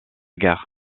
guerre